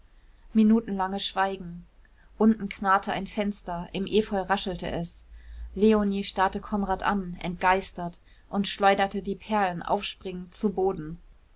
minutenlanges schweigen unten knarrte ein fenster im efeu raschelte es leonie starrte konrad an entgeistert und schleuderte die perlen aufspringend zu boden